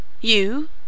You